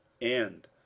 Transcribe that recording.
End